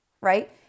right